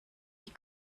wie